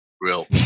real